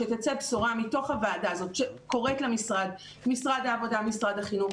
שתצא בשורה מתוך הוועדה הזאת שקוראת למשרד הוועדה או משרד החינוך,